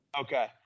Okay